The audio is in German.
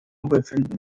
befinden